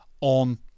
on